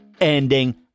ending